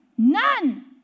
none